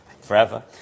forever